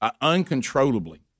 uncontrollably